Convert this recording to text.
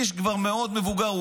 שהיה כבר מבוגר מאוד,